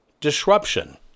disruption